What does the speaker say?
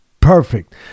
perfect